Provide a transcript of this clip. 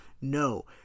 No